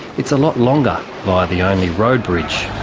it's a lot longer via the only road bridge.